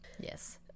Yes